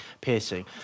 piercing